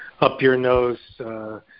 up-your-nose